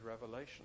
revelation